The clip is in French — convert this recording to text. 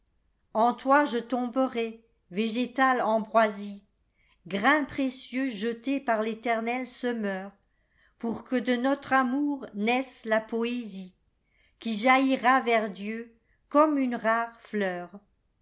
en toi je tomberai végétale ambroisie grain précieux jeté par l'éternel semeur pour que de notre amour naisse la poésieoui jaillira vers dieu comme une rare ilcur